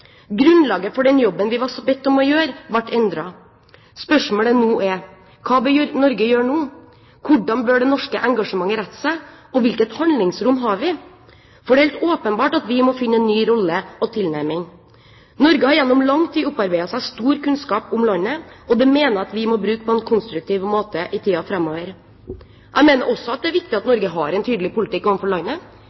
Grunnlaget for den jobben vi ble bedt om å gjøre, ble endret. Spørsmålet nå er: Hva bør Norge gjøre nå? Hvordan bør det norske engasjementet rette seg, og hvilket handlingsrom har vi? For det er helt åpenbart at vi må finne en ny rolle og tilnærming. Norge har gjennom lang tid opparbeidet seg stor kunnskap om landet, og det mener jeg vi må bruke på en konstruktiv måte i tiden framover. Jeg mener også det er viktig at Norge har en tydelig politikk overfor landet.